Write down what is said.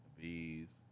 bees